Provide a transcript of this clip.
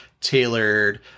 tailored